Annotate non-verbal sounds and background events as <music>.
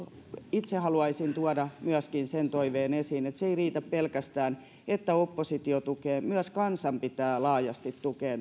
itse haluaisin tuoda myöskin sen toiveen esiin että ei riitä pelkästään että oppositio tukee vaan myös kansan pitää laajasti tukea <unintelligible>